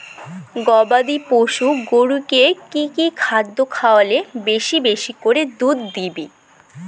গবাদি পশু গরুকে কী কী খাদ্য খাওয়ালে বেশী বেশী করে দুধ দিবে?